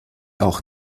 auch